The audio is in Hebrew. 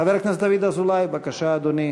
חבר הכנסת דוד אזולאי, בבקשה, אדוני.